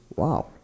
Wow